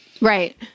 Right